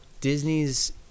Disney's